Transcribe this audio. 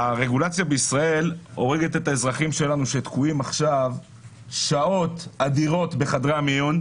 הרגולציה בישראל הורגת את האזרחים שלנו שתקועים עכשיו שעות בחדרי המיון,